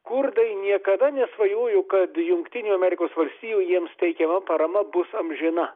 kurdai niekada nesvajojo kad jungtinių amerikos valstijų jiems teikiama parama bus amžina